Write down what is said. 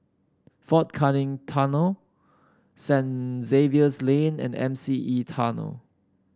Fort Canning Tunnel Saint Xavier's Lane and M C E Tunnel